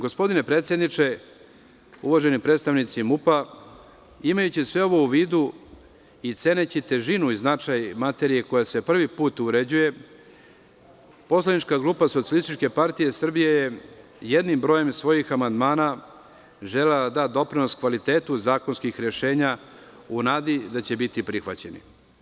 Gospodine predsedniče, uvaženi predstavnici MUP, imajući sve ovo u vidu i ceneći težinu i značaj materije koja se prvi put uređuje, poslanička grupa SPS je jednim brojem svojih amandmana želela da da doprinos kvalitetu zakonskih rešenja u nadi da će biti prihvaćeni.